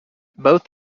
both